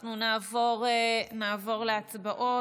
אנחנו נעבור להצבעות,